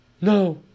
No